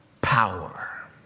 power